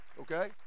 Okay